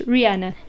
Rihanna